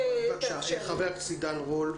חבר הכנסת עידן רול.